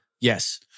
Yes